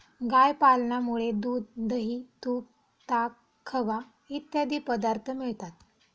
गाय पालनामुळे दूध, दही, तूप, ताक, खवा इत्यादी पदार्थ मिळतात